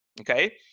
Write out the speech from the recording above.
Okay